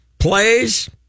Plays